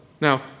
Now